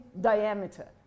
diameter